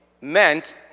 meant